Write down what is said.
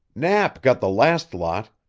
knapp got the last lot.